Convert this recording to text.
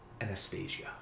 Anastasia